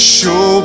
Show